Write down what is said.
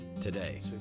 today